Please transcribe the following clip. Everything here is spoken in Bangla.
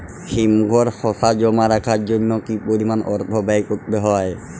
হিমঘরে শসা জমা রাখার জন্য কি পরিমাণ অর্থ ব্যয় করতে হয়?